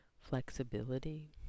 flexibility